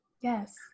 yes